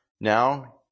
Now